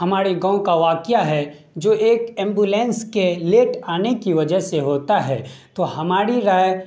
ہمارے گاؤں کا واقعہ ہے جو ایک ایمبولینس کے لیٹ آنے کی وجہ سے ہوتا ہے تو ہماری رائے